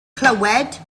clywed